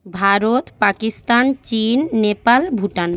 ভারত পাকিস্তান চিন নেপাল ভুটান